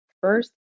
First